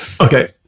okay